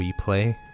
replay